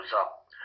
up